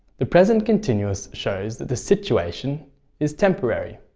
the present continuous shows that the situation is temporary.